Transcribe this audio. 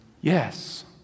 yes